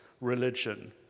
religion